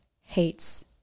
hates